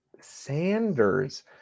Sanders